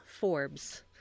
Forbes